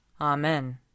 Amen